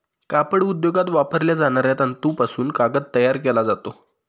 कापड उद्योगात वापरल्या जाणाऱ्या तंतूपासून कागद तयार केला जातो